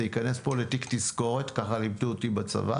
זה ייכנס פה לתיק תזכורת כך לימדו אותי בצבא